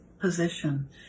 position